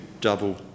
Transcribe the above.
double